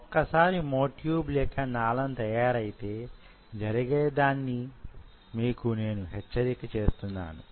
ఒక్కసారి మ్యో ట్యూబ్ లేక నాళం తయారైతే జరిగే దాన్ని మీకు నేనుహెచ్చరిక చేస్తున్నాను